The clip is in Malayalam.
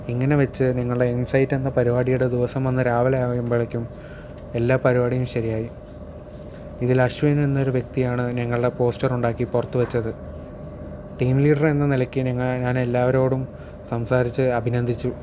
ഇങ്ങനെ വെച്ച് ഞങ്ങളുടെ ഇൻസൈറ്റ് എന്ന പരിപാടിയുടെ ദിവസം വന്ന് രാവിലെ ആകുമ്പോളെക്കും എല്ലാ പരിപാടിയും ശരിയായി അതിൽ അശ്വതി എന്ന ഒരു വ്യക്തിയാണ് ഞങ്ങളുടെ പോസ്റ്റർ ഉണ്ടാക്കി പുറത്ത് വെച്ചത് ടീം ലീഡർ എന്ന നിലക്ക് ഞാൻ എല്ലാവരോടും സംസാരിച്ച് അഭിനന്ദിച്ചു